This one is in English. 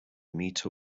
meet